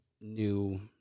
new